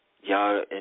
Y'all